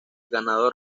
ganador